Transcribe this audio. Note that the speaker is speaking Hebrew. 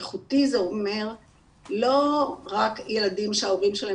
איכותי זה אומר לא רק ילדים שההורים שלהם